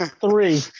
Three